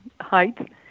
height